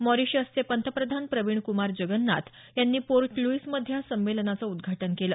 मॉरीशसचे पंतप्रधान प्रवीण कुमार जगन्नाथ यांनी Port Louis मध्ये या संमेलनाचं उद्घाटन केलं